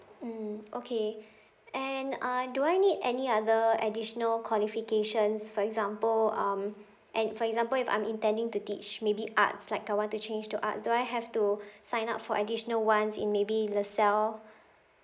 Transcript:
mm okay and uh do I need any other additional qualifications for example um and for example if I'm intending to teach maybe arts like I want to change to arts do I have to sign up for additional ones in maybe LASALLE